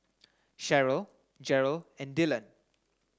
Sheryll Jerel and Dylon